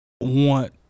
want